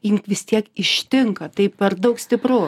jin vis tiek ištinka tai per daug stipru